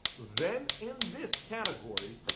then in this category,